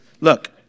Look